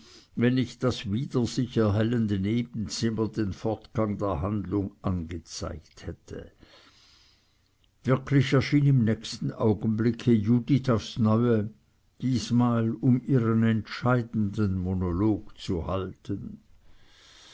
wenn nicht das sich wieder erhellende nebenzimmer den fortgang der handlung angezeigt hätte wirklich erschien im nächsten augenblicke judith aufs neue diesmal um ihren entscheidenden monolog zu halten